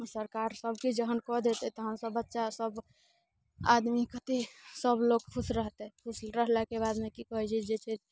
सरकार सबके जहन कऽ देतै तऽ सब बच्चा सब आदमी कतेक सब लोक खुश रहतै खुश रहलाके बादमे की कहैत छै जे छै से